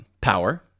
power